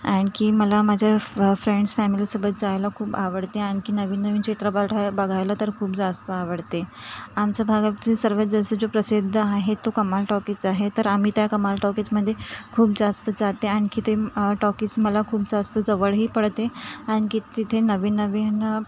आणखी मला माझ्या फ्रेंडस फॅमिलीसोबत जायला खूप आवडते आणखी नवीन नवीन चित्रपट हे बघायला तर खूप जास्त आवडते आमच्या भागातील सर्वात जास्त जो प्रसिद्ध आहे तो कमाल टॉकीज आहे तर आम्ही त्या कमाल टॉकीजमध्ये खूप जास्त जाते आणखी ते टॉकीज मला खूप जास्त जवळही पडते आणखी तिथे नवीन नवीन